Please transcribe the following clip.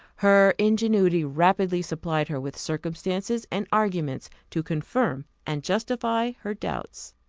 her ingenuity rapidly supplied her with circumstances and arguments to confirm and justify her doubts.